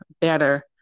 better